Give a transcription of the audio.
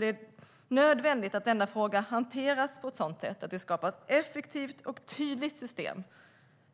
Det är nödvändigt att denna fråga hanteras på ett sådant sätt att det skapas ett effektivt och tydligt system